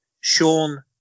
sean